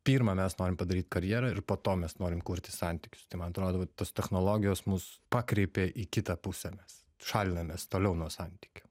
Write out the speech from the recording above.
pirma mes norim padaryt karjerą ir po to mes norim kurti santykius tai man atrodo vat tos technologijos mus pakreipė į kitą pusę mes šalinamės toliau nuo santykių